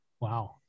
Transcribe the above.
Wow